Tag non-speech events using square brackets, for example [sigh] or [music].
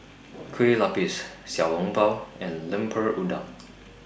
Kueh Lapis Xiao Long Bao and Lemper Udang [noise]